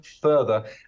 further